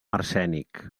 arsènic